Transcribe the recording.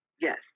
Yes